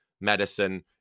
medicine